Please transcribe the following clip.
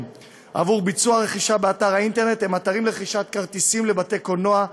עבור ביצוע רכישה באתר האינטרנט הם אתרים לרכישת כרטיסים לבתי-קולנוע,